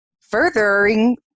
furthering